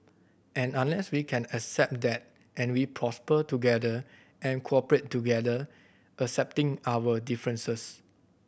and unless we can accept that and we prosper together and cooperate together accepting our differences